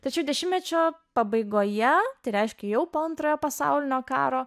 tačiau dešimtmečio pabaigoje tereiškė jau po antrojo pasaulinio karo